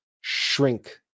shrink